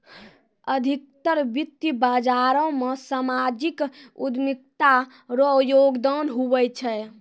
अधिकतर वित्त बाजारो मे सामाजिक उद्यमिता रो योगदान हुवै छै